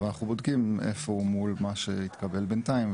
אבל אנחנו בודקים איפה הוא מול מה שהתקבל בינתיים,